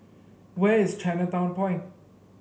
where is Chinatown Point